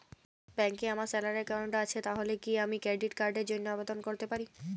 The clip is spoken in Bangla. ব্যাংকে আমার স্যালারি অ্যাকাউন্ট আছে তাহলে কি আমি ক্রেডিট কার্ড র জন্য আবেদন করতে পারি?